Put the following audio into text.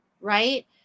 right